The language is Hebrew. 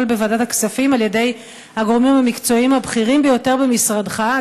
בוועדת הכספים על-ידי הגורמים המקצועיים הבכירים ביותר במשרדך,